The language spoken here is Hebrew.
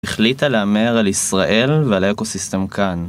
החליטה להמר על ישראל ועל האקו סיסטם כאן